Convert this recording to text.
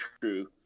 true